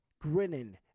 Grinning